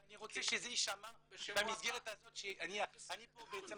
אבל אני רוצה שזה יישמע במסגרת הזאת שאני פה בעצם